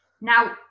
now